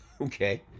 okay